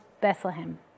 Bethlehem